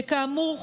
שכאמור,